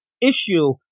issue